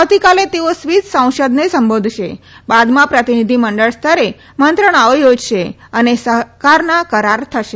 આવતીકાલે તેઓ સ્વીસ સંસદને સંબોધશે બાદમાં પ્રતિનિધિમંડળ સ્તરે મંત્રણાઓ યોજશે અને સહકારના કરાર થશે